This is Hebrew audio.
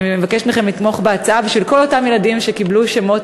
אני מבקשת מכם לתמוך בהצעה בשביל כל אותם ילדים שקיבלו שמות